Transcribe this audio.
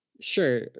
Sure